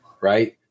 Right